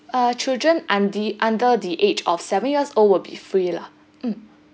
uh children and the under the age of seven years old will be free lah mm